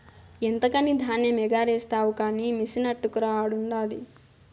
ఎంతకని ధాన్యమెగారేస్తావు కానీ మెసినట్టుకురా ఆడుండాది